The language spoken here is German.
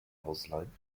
ausleihen